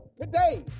today